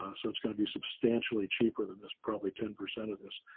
ah so it's going to be substantially cheaper than this, probably ten percent of this,